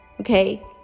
Okay